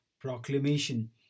proclamation